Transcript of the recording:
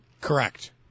Correct